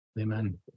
amen